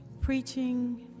preaching